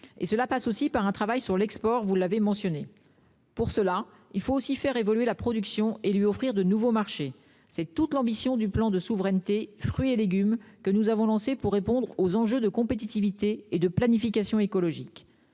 Cela passe aussi par un travail sur l'export, comme vous l'avez mentionné. Troisièmement, il faut aussi faire évoluer la production et lui offrir de nouveaux marchés : c'est toute l'ambition du plan de souveraineté Fruits et Légumes que nous avons lancé pour répondre aux enjeux de compétitivité et de planification écologique.